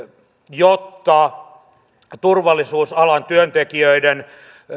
jotta turvallisuusalan työntekijöiden